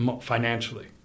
financially